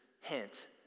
hint